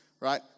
right